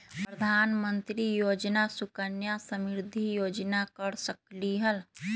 प्रधानमंत्री योजना सुकन्या समृद्धि योजना कर सकलीहल?